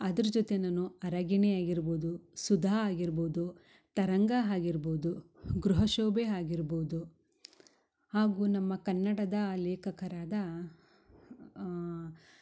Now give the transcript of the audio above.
ಅದ್ರ ಜೊತೆ ನಾನು ಅರಗಿಣಿ ಆಗಿರ್ಬೋದು ಸುಧಾ ಆಗಿರ್ಬೋದು ತರಂಗ ಹಾಗಿರ್ಬೋದು ಗೃಹ ಶೋಭೆ ಆಗಿರ್ಬೋದು ಹಾಗು ನಮ್ಮ ಕನ್ನಡದ ಲೇಖಕರಾದ